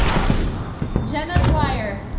jenna dwyer.